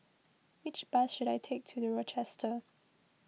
which bus should I take to the Rochester